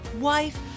wife